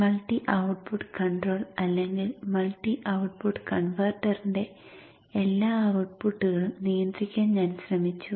multi output control അല്ലെങ്കിൽ multi output കൺവെർട്ടറിന്റെ എല്ലാ ഔട്ട്പുട്ടുകളും നിയന്ത്രിക്കാൻ ഞാൻ ശ്രമിച്ചു